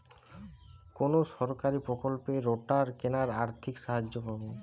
কোন সরকারী প্রকল্পে রোটার কেনার আর্থিক সাহায্য পাব?